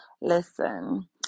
Listen